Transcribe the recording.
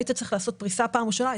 היית צריך לעשות פריסה פעם ראשונה,